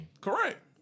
Correct